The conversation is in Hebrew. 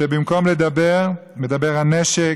שבמקום לדבר, מדבר הנשק,